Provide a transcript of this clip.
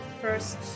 first